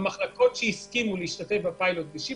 במחלקות שהסכימו להשתתף בפיילוט אנחנו